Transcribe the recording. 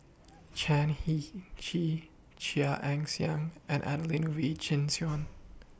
Chan Heng Chee Chia Ann Siang and Adelene Wee Chin Suan